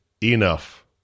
enough